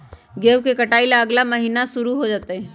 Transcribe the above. गेहूं के कटाई अगला महीना शुरू हो जयतय